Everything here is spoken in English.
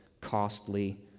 costly